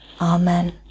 Amen